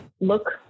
look